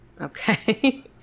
Okay